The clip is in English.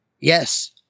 Yes